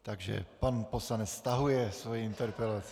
Takže pan poslanec stahuje svoji interpelaci.